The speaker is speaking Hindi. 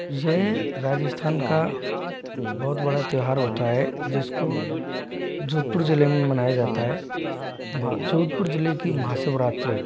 यह राजस्थान का बहुत बड़ा त्यौहार होता है जिसको जोधपुर जिले में मनाया जाता है जोधपुर जिले की महाशिवरात्रि